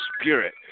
spirit